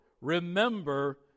remember